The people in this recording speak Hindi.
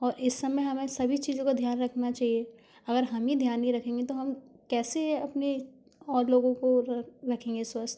और इस समय हमें सभी चीज़ों का ध्यान रखना चाहिए अगर हम ही ध्यान नहीं रखेंगे तो हम कैसे अपने और लोगों को रखेंगे स्वस्थ